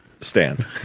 Stan